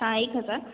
हाँ एक हज़ार